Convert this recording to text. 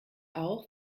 auch